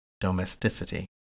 domesticity